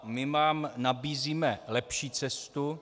My vám nabízíme lepší cestu.